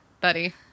buddy